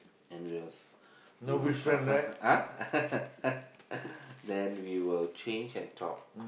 and we will s~ we will shuffle !huh! then we will change and talk